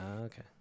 okay